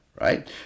right